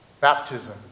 Baptism